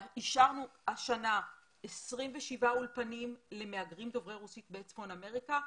אישרנו השנה 27 אולפנים למהגרים דוברי רוסית בצפון אמריקה.